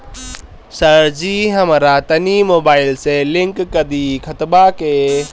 सरजी हमरा तनी मोबाइल से लिंक कदी खतबा के